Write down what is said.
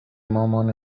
مامان